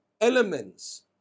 elements